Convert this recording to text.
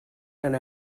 and